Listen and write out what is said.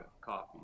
coffee